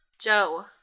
Joe